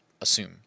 assume